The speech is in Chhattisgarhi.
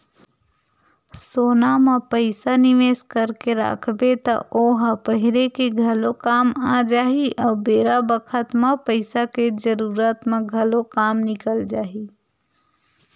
सोना म पइसा निवेस करके राखबे त ओ ह पहिरे के घलो काम आ जाही अउ बेरा बखत म पइसा के जरूरत म घलो काम निकल जाही